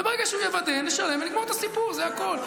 ברגע שהוא יוודא, נשלם ונגמור את הסיפור, זה הכול.